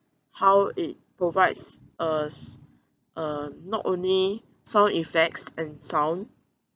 how it provides us uh not only sound effects and sound